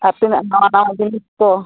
ᱟᱨ ᱛᱤᱱᱟᱹᱜ ᱱᱟᱣᱟ ᱱᱟᱣᱟ ᱡᱤᱱᱤᱥ ᱠᱚ